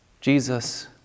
Jesus